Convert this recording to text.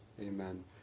Amen